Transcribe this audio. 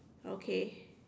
okay